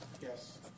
Yes